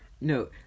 No